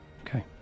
Okay